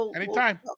Anytime